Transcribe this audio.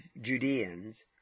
Judeans